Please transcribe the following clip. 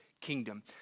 kingdom